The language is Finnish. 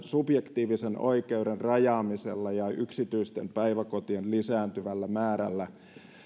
subjektiivisen oikeuden rajaamisen ja yksityisten päiväkotien lisääntyvän määrän välillä